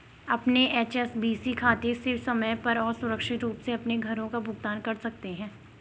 अपने एच.एस.बी.सी खाते से समय पर और सुरक्षित रूप से अपने करों का भुगतान कर सकते हैं